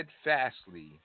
steadfastly